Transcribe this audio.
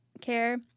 care